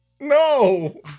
No